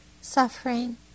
suffering